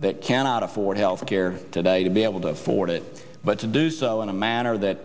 that cannot afford health care today to be able to afford it but to do so in a manner that